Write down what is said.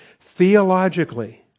theologically